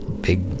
Big